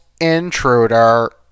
intruder